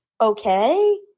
okay